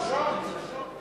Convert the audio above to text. תרשום, תרשום.